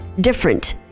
different